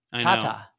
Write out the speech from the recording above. Tata